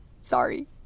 sorry